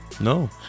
No